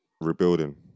rebuilding